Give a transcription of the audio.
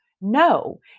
No